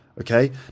okay